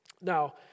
Now